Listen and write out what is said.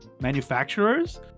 manufacturers